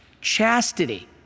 chastity